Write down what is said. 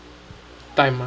time lah